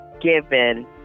given